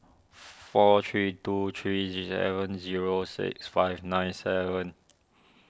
four three two three seven zero six five nine seven